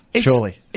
surely